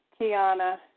Kiana